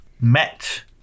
met